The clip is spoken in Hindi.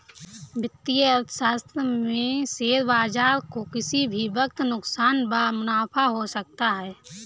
वित्तीय अर्थशास्त्र में शेयर बाजार को किसी भी वक्त नुकसान व मुनाफ़ा हो सकता है